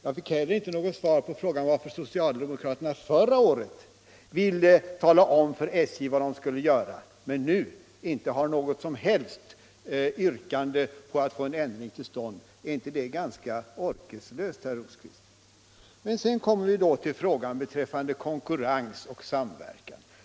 Jag fick inte heller något svar på frågan varför socialdemokraterna förra året ville tala om för SJ vad SJ skulle göra men nu inte har något som helst yrkande om att få en ändring till stånd. Är det inte ganska orkeslöst, herr Rosqvist? Sedan kommer vi till frågan om konkurrens och samverkan.